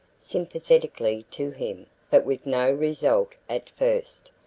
sympathetically to him, but with no result, at first,